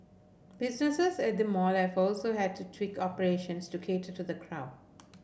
businesses at the mall life have also had to tweak operations to cater to the crowd